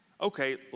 okay